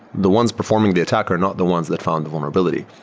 the ones performing the attack are not the ones that found the vulnerability.